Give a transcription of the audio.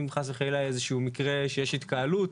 אם חס וחלילה איזה שהוא מקרה שיש התקהלות,